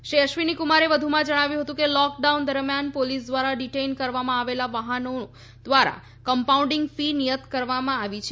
શ્રી અશ્વીનીકુમારે વધુમાં જણાવ્યું હતું કે લોકડાઉન દરમિયાન પોલીસ ધ્વારા ડિટેઇન કરવામાં આવેલા વાહનો માટે કમ્પાઉન્ડીંગ ફી નિયત કરવામાં આવી છે